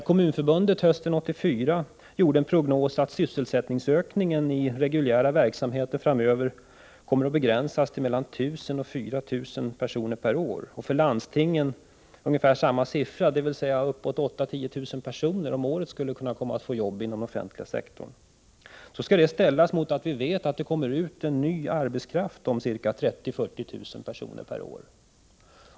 Kommunförbundet gjorde hösten 1984 prognosen att sysselsättningsökningen i reguljära verksamheter framöver kommer att begränsas till mellan 1 000 och 4 000 personer per år. Ungefär samma siffra gäller för landstingen, dvs. ca 8 000-10 000 personer om året skulle kunna få jobb inom den offentliga sektorn. Detta skall ställas mot en ökning av arbetskraftsutbudet med ca 30 000-40 000 personer per år.